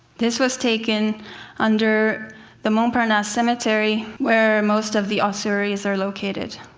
this was taken under the montparnasse cemetery where most of the ossuaries are located.